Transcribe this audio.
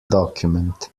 document